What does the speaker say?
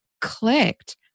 clicked